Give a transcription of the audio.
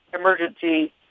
emergency